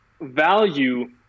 value